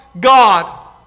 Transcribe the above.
God